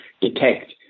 detect